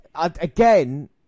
again